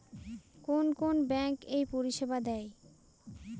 কোন কোন ব্যাঙ্ক এই পরিষেবা দেয়?